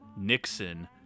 Nixon